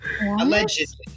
Allegedly